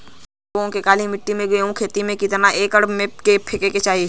हम लोग के काली मिट्टी में गेहूँ के खेती में कितना खाद एकड़ पीछे फेके के चाही?